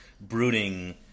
brooding